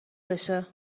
بشه